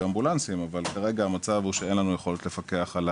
אמבולנסים אבל כרגע המצב הוא שאין לנו יכולת לפקח.